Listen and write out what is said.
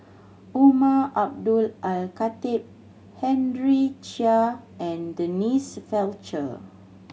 Umar Abdullah Al Khatib Henry Chia and Denise Fletcher